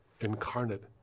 incarnate